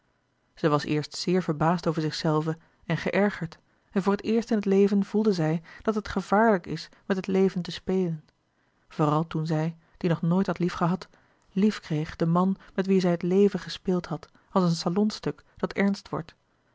zij was eerst zeer verbaasd over zichzelve en geërgerd en voor het eerst in het leven voelde zij dat het gevaarlijk is met het leven te spelen vooral toen zij die nog nooit had liefgehad liefkreeg den man met wien zij het leven gespeeld had als een salonstuk dat ernst wordt